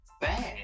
Bad